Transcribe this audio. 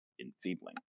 enfeebling